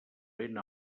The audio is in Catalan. vent